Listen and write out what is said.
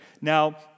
Now